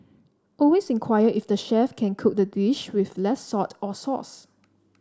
always inquire if the chef can cook the dish with less salt or sauce